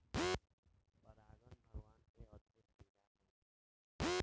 परागन भगवान के अद्भुत लीला होला